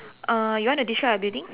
uh you want to describe your building